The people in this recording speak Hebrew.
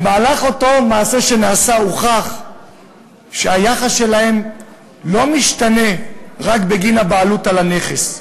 באותו מעשה שנעשה הוכח שהיחס שלהם לא משתנה רק בגין הבעלות על הנכס,